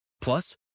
Plus